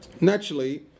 Naturally